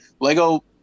Lego